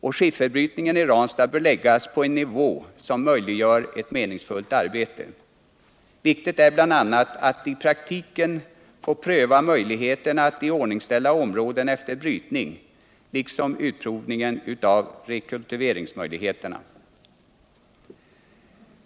och skilferbrytningen i Ranstad bör läggas på en nivå som möjliggör ett meningsfullt arbete. Viktigt är bl.a. att i praktiken få pröva möjligheterna att iordningställa områden efter brytning liksom utprovning av rekultiveringsmöjligheterna.